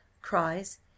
cries